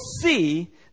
see